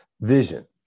vision